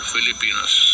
Filipinos